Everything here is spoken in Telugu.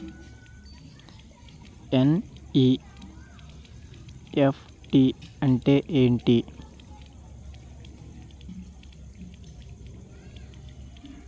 ఎన్.ఈ.ఎఫ్.టి అంటే ఎంటి?